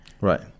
Right